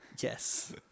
Yes